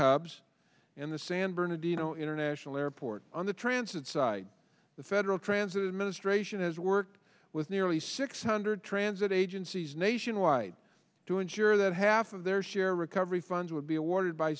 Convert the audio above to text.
hubs in the san bernardino international airport on the transit side the federal transit administration has worked with nearly six hundred transit agencies nationwide to ensure that half of their share recovery funds would be awarded by